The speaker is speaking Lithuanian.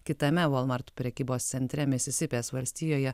kitame walmart prekybos centre misisipės valstijoje